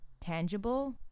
tangible